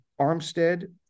Armstead